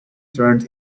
turned